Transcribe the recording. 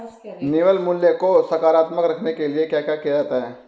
निवल मूल्य को सकारात्मक रखने के लिए क्या क्या किया जाता है?